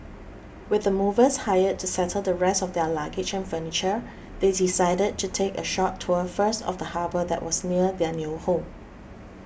with the movers hired to settle the rest of their luggage and furniture they decided to take a short tour first of the harbour that was near their new home